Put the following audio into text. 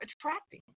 attracting